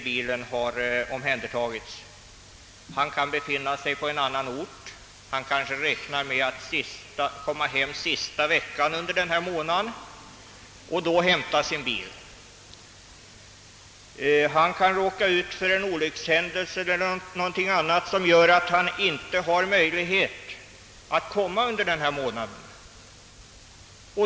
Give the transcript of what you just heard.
Ägaren kan befinna sig på annan ort och kanske räknar med att komma hem sista veckan under denna månad vilket dock ej blir av eller han kan ha råkat ut för en olyckshändelse eller något annat som gör att han inte har möjlighet att hämta bilen under denna månad.